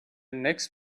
next